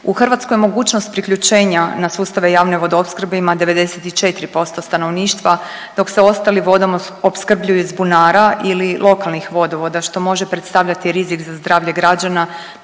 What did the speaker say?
U Hrvatskoj je mogućnost priključenja na sustave javne vodoopskrbe ima 94% stanovništva dok se ostali vodom opskrbljuju iz bunara ili lokalnih vodovoda što može predstavljati rizik za zdravlje građana